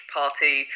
party